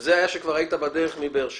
וזה היה כשכבר היית בדרך מבאר שבע.